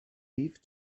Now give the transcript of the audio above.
leave